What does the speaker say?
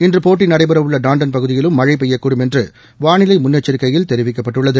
இன்று போட்டி நடைபெறவுள்ள டாண்டன் பகுதியிலும் மழை பெய்யக்கூடும் என்று வானிலை முன்னெச்சரிக்கையில் தெரிவிக்கப்பட்டுள்ளது